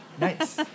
Nice